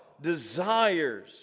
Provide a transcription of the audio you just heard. desires